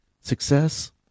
success